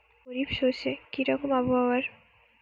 খরিফ শস্যে কি রকম আবহাওয়ার?